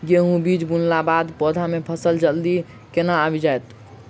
गेंहूँ बीज बुनला बाद पौधा मे फसल जल्दी केना आबि जाइत?